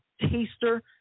taster